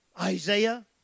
Isaiah